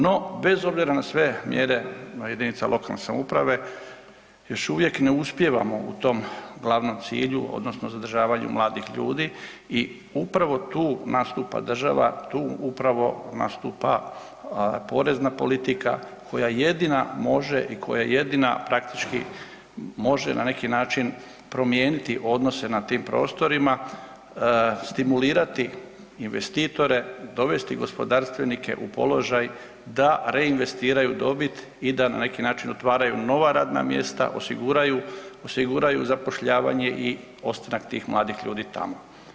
No, bez obzira na sve mjere ima jedinica lokalne samouprave još uvijek ne uspijevamo u tom glavnom cilju odnosno zadržavanju mladih ljudi i upravo tu nastupa država, tu upravo nastupa porezna politika koja jedina može i koja jedina praktički može na neki način promijeniti odnose na tim prostorima, stimulirati investitore, dovesti gospodarstvenike u položaj da reinvestiraju dobit i da na neki način otvaraju nova radna mjesta, osiguraju, osiguraju zapošljavanje i ostanak tih mladih ljudi tamo.